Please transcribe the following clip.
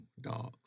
dogs